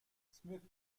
smith